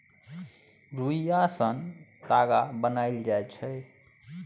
रुइया सँ ताग बनाएल जाइ छै